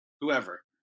whoever